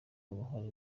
uruhare